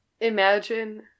imagine